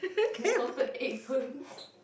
salty egg burns